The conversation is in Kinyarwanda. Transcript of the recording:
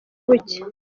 buke